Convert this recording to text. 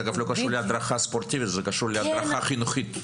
זה לא קשור להדרכה ספורטיבית; זה קשור להדרכה חינוכית.